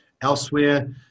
Elsewhere